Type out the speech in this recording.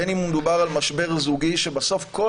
בין אם מדובר במשבר זוגי כאשר בסוף כל